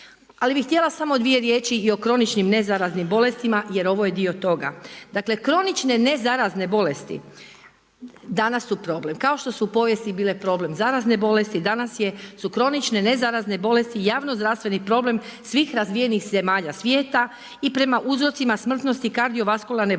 Ali bi htjela samo dvije riječi i o kroničnim nezaraznim bolestima jer ovo je dio toga. Dakle, kronične nezarazne bolesti danas su problem, kao što su u povijesti bile problem zarazne bolesti, danas su kronične nezarazne bolesti, javnozdravstveni problem svih razvijenih zemalja svijeta i prema uzrocima smrtnosti kardiovaskularne bolesti